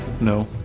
No